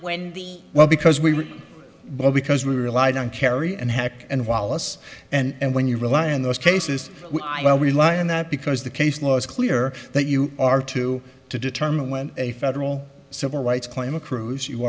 the well because we both because we relied on kerry and heck and wallace and when you rely on those cases well we lie on that because the case law is clear that you are too to determine when a federal civil rights claim accrues you